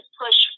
push